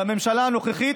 והממשלה הנוכחית,